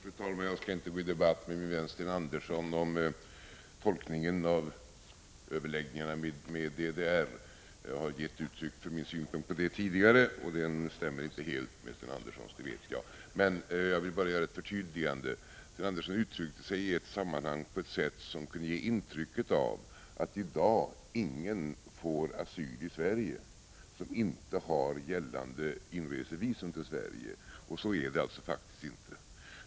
Fru talman! Jag skall inte gå i debatt med min vän Sten Andersson i Malmö om tolkningen av överläggningarna med DDR. Jag har gett uttryck för min synpunkt på dessa överläggningar tidigare, och den stämmer inte helt med Sten Anderssons — det vet jag. Jag vill börja med ett förtydligande: Sten Andersson uttryckte sig i ett sammanhang på ett sådant sätt att det kunde ge intryck av att ingen i dag får asyli Sverige som inte har gällande inresevisum till Sverige. Så är det faktiskt inte.